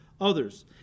others